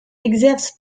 exerce